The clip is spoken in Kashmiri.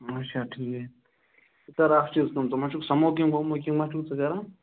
اَچھا ٹھیٖک ژٕ کَر اَکھ چیٖز کٲم ژٕ ما چھُکھ سَموکِنٛگ وَموکِنٛگ ما چھُکھ ژٕ کَران